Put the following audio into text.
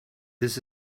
this